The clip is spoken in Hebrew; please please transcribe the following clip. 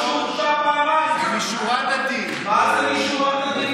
הרב אייכלר?